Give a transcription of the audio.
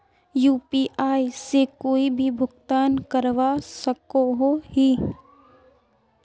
UPI से कोई भी भुगतान करवा सकोहो ही?